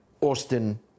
Austin